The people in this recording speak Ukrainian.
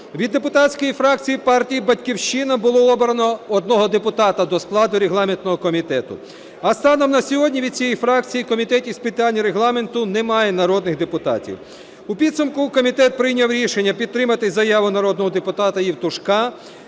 від депутатської фракції партії "Батьківщина" було обрано одного депутата до складу регламентного комітету. А станом на сьогодні від цієї фракції в Комітеті з питань Регламенту немає народних депутатів. У підсумку комітет прийняв рішення підтримати заяву народного депутата Євтушка